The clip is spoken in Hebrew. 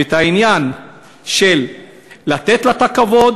ואת העניין של לתת לה את הכבוד,